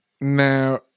Now